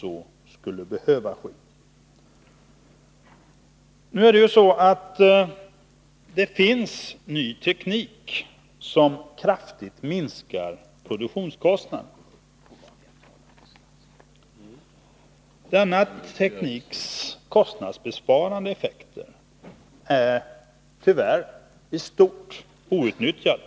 Nu är det ju så att det finns ny teknik som kraftigt minskar produktionskostnaderna. Denna tekniks kostnadsbesparande effekter är tyärr i stort outnyttjade.